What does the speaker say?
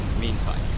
meantime